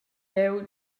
jeu